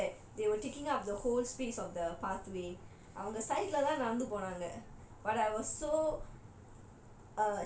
because it's not that they were taking up the whole space of the pathway அவங்க:avanga side எல்லாம் நடந்து போனாங்க:ellam nadanthu ponanga